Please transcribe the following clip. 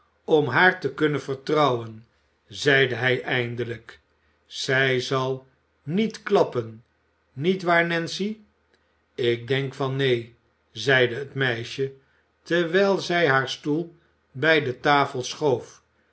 om haar te kunnen vertrouwen zeide hij eindelijk zij zal niet klappen niet waar nancy ik denk van neen zeide het meisje terwijl zij haar stoel bij de tafel schoof